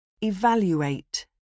Evaluate